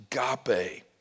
agape